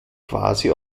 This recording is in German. quasi